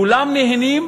כולם נהנים,